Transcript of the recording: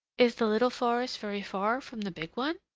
is the little forest very far from the big one?